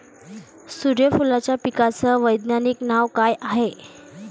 सुर्यफूलाच्या पिकाचं वैज्ञानिक नाव काय हाये?